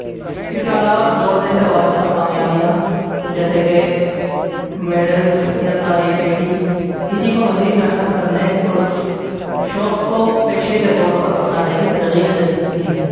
اس کے علاوہ دوڑنے سے وابستہ کامیابیاں جیسے کہ میڈلز یا تعریفیں بھی اسی کو مزید محنت کرنے اور اس شوق کو پیشے کے طور پر اپنانے کی ترغیب دے سکتی ہے